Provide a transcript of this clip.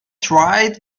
tried